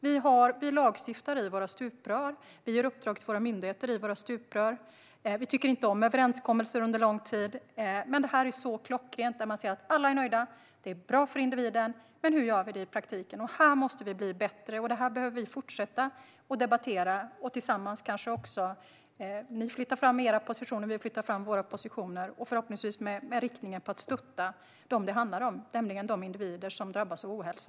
Vi lagstiftar i våra stuprör. Vi ger våra myndigheter uppdrag i våra stuprör. Vi tycker inte om överenskommelser under lång tid. Men det här är så klockrent. Man ser att alla är nöjda. Det är bra för individen. Men hur gör vi i praktiken? Här måste vi bli bättre. Och vi behöver fortsätta debattera det här. Ni flyttar fram era positioner och vi flyttar fram våra - förhoppningsvis i riktning mot att stötta de det handlar om, nämligen de individer som drabbas av ohälsa.